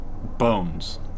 bones